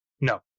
no